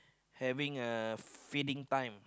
having a feeding time